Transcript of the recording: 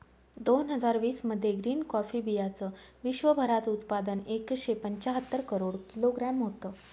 दोन हजार वीस मध्ये ग्रीन कॉफी बीयांचं विश्वभरात उत्पादन एकशे पंच्याहत्तर करोड किलोग्रॅम होतं